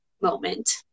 moment